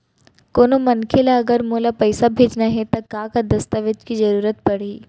कोनो मनखे ला अगर मोला पइसा भेजना हे ता का का दस्तावेज के जरूरत परही??